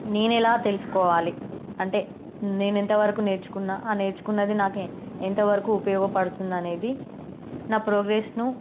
నేను ఎలా తెలుసుకోవాలి అంటే నేను ఎంతవరకు నేర్చుకున్న ఆ నేర్చుకున్నది నాకే ఎంతవరకు ఉపయోగపడుతుంది అనేది నా ప్రోగ్రెస్ను